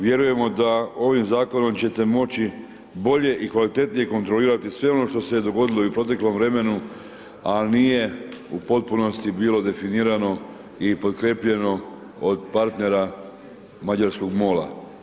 Vjerujemo da ovim zakonom ćete moći bolje i kvalitetnije kontrolirati sve ono što se je dogodilo i u proteklom vremenu, a nije u potpunosti bilo definirano i potkrijepljeno od partnera mađarskog MOL-a.